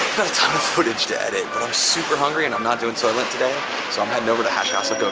got a ton of footage to edit but i'm super hungry and i'm not doing soylent today so i'm heading over to hash house a